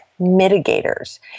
mitigators